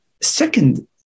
Second